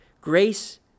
Grace